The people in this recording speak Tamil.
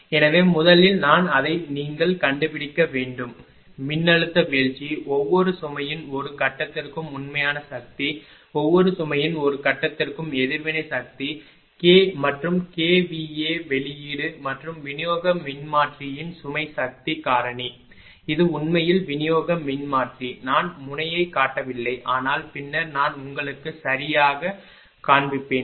எனவே முதலில் நான் அதை நீங்கள் கண்டுபிடிக்க வேண்டும் மின்னழுத்த வீழ்ச்சி ஒவ்வொரு சுமையின் ஒரு கட்டத்திற்கும் உண்மையான சக்தி ஒவ்வொரு சுமையின் ஒரு கட்டத்திற்கும் எதிர்வினை சக்தி மற்றும் kVA வெளியீடு மற்றும் விநியோக மின்மாற்றியின் சுமை சக்தி காரணி இது உண்மையில் விநியோக மின்மாற்றி நான் முனையைக் காட்டவில்லை ஆனால் பின்னர் நான் உங்களுக்கு சரியாகக் காண்பிப்பேன்